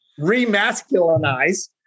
Remasculinize